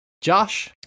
Josh